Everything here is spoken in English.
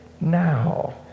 now